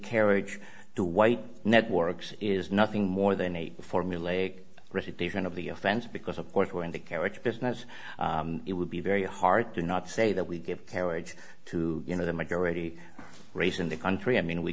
carriage to white networks is nothing more than a formulaic recitation of the offense because of course we're in the carriage business it would be very hard to not say that we give carriage to you know the majority race in the country i mean we